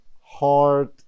hard